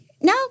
No